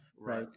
right